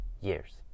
years